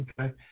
Okay